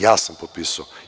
Ja sam potpisao?